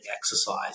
exercise